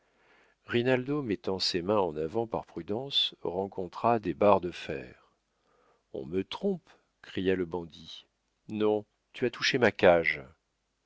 rinaldo mettant ses mains en avant par prudence rencontra des barres de fer on me trompe cria le bandit non tu as touché ma cage